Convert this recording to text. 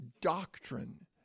doctrine